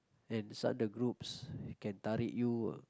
and inside the groups they can tarik you ah